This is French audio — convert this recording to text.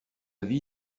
vie